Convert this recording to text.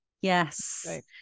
Yes